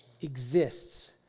exists